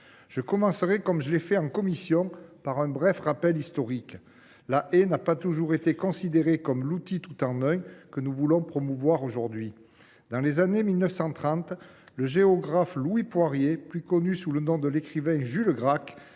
Je commencerai, comme je l’ai fait en commission, par un bref rappel historique. La haie n’a pas toujours été considérée comme l’outil « tout en un » que nous voulons promouvoir aujourd’hui. Dans les années 1930, le géographe Louis Poirier, plus connu sous son nom de plume de Julien Gracq,